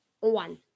One